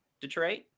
Detroit